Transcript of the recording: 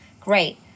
great